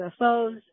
UFOs